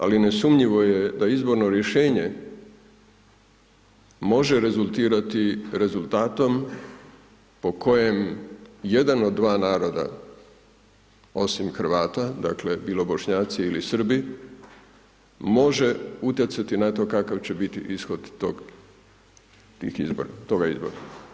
Ali nesumnjivo je da izborno rješenje može rezultirati rezultatom, po kojem jedan od dva naroda, osim Hrvata, dakle, bilo Bošnjaci ili Srbi, može utjecati na to kako će biti ishod tog, biti toga izbora.